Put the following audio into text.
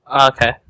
Okay